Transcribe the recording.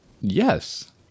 Yes